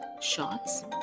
shots